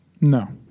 No